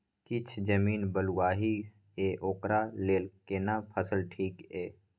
किछ जमीन बलुआही ये ओकरा लेल केना फसल ठीक ये?